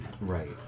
Right